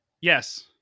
Yes